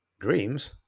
Dreams